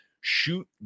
Shoot